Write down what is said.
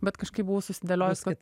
bet kažkaip buvau susidėliojusi kad